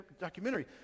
documentary